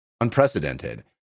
unprecedented